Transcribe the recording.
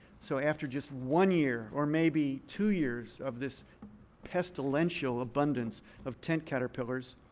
so after just one year or maybe two years of this pestilential abundance of tent caterpillars,